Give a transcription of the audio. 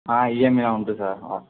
ஆ EMI எல்லாம் உண்டு sir ஆ